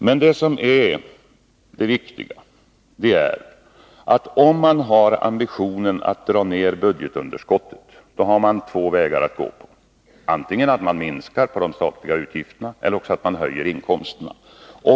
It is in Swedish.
Men det viktiga är att om man har ambitionen att dra ned budgetunderskottet har man två vägar att gå: antingen att minska de statliga utgifterna eller att höja inkomsterna.